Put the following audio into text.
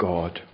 God